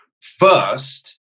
First